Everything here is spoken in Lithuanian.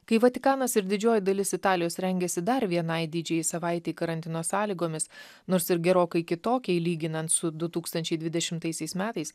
kai vatikanas ir didžioji dalis italijos rengėsi dar vienai didžiajai savaitei karantino sąlygomis nors ir gerokai kitokiai lyginant su du tūkstančiai dvidešimtaisiais metais